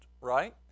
right